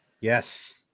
yes